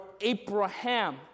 Abraham